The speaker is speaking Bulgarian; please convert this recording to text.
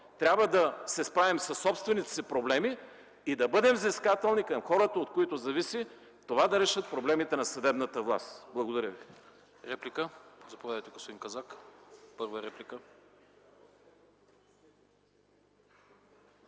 трябва да се справим със собствените си проблеми и да бъдем взискателни към хората, от които зависи да решат проблемите на съдебната власт. Благодаря ви.